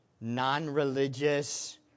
non-religious